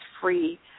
free